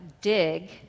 dig